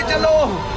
along.